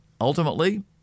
ultimately